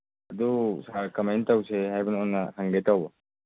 ꯑꯗꯨ ꯁꯥꯔ ꯀꯃꯥꯏ ꯇꯧꯁꯦ ꯍꯥꯏꯕꯅꯣꯅ ꯍꯪꯒꯦ ꯇꯧꯕ